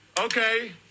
Okay